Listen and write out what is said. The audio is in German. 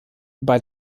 bei